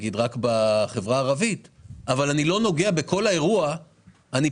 בחברה הערבית אבל לא מתייחסים לכל האירוע כולו,